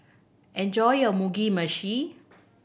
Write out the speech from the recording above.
enjoy your Mugi Meshi